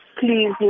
please